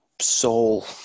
soul